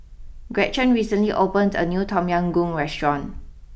Gretchen recently opened a new Tom Yam Goong restaurant